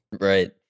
Right